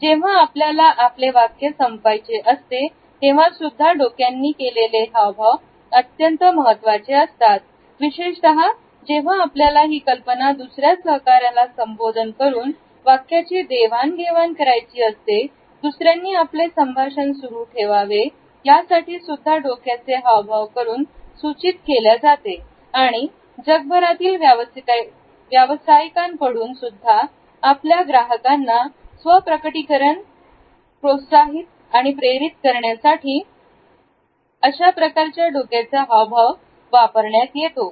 जेव्हा आपल्याला आपले वाक्य संपायचे असते तेव्हासुद्धा डोक्यांनी केलेली हावभाव अत्यंत महत्त्वाचे असतात विशेषतः जेव्हा आपल्याला ही कल्पना दुसऱ्या सहकाऱ्याला संबोधन करून वाक्याची देवाणघेवाण करायची असते दुसऱ्यांनी आपले संभाषण सुरू ठेवावे यासाठीसुद्धा डोक्याचे हावभाव करून सुचित केल्या जाते आणि जगभरातील व्यावसायिकांकडून सुद्धा आपल्या ग्राहकांना स्व प्रकटीकरण आस प्रोत्साहित आणि प्रेरित करण्यासाठी अशाप्रकारच्या डोक्याचा हावभाव वापरण्यात येतो